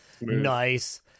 Nice